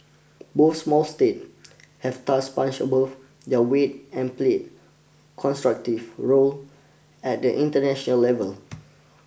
both small states have thus punched above their weight and played constructive role at the international level